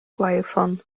gwaywffon